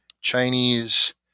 Chinese